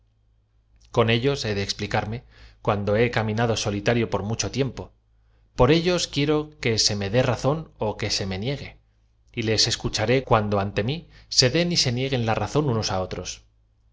con tíloa he de explicarme cuando he caminado solitario por mu cho tiempo por ellos quiero que se me dé la razón ó que se me niegue y lee escucharé cuando ante mi se den y se nieguen la razón unos á otros